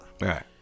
Right